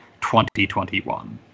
2021